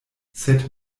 sed